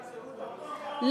זה אותו דבר.